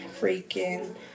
freaking